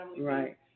right